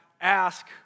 ask